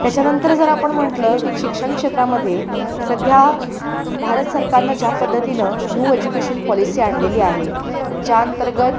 त्याच्यानंतर जर आपण म्हटलं की शिक्षणक्षेत्रामध्ये सध्या भारत सरकारनं ज्या पद्धतीनं न्यू एज्युकेशन पॉलिसी आणलेली आहे ज्या अंतर्गत